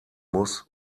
muss